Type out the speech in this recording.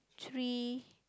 three